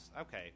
okay